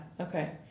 Okay